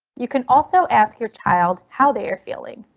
you can also ask your child how they're feeling.